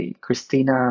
Christina